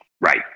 Right